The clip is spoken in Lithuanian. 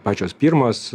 pačios pirmos